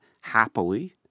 happily